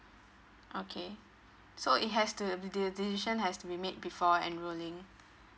okay so it has to the the~ the decision has to be made before enrolling